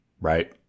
right